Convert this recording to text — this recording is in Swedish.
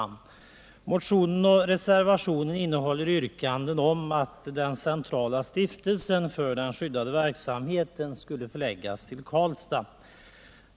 Motionen och reservationen innehåller yrkande om att den centrala stiftelsen för den skyddade verksamheten skall förläggas till Karlstad.